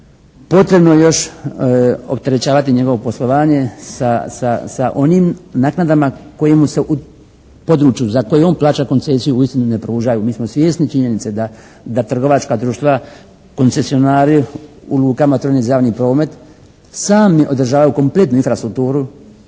potrebno još opterećavati njegovo poslovanje sa onim naknadama koje mu se u području za koje on plaća koncesiju uistinu ne pružaju. Mi smo svjesni činjenice da trgovačka društva, koncesionari u lukama za … /Govornik se ne razumije./ promet sami održavaju kompletnu infrastrukturu,